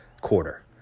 quarter